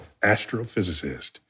astrophysicist